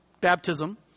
Baptism